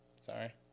sorry